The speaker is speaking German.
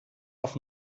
auf